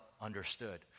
understood